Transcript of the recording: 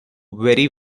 very